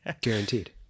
Guaranteed